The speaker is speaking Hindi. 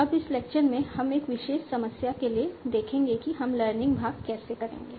अब इस लेक्चर में हम एक विशेष समस्या के लिए देखेंगे कि हम लर्निंग भाग कैसे करेंगे